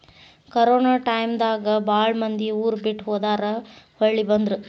corona time ದಾಗ ಬಾಳ ಮಂದಿ ಊರ ಬಿಟ್ಟ ಹೊದಾರ ಹೊಳ್ಳಿ ಬಂದ್ರ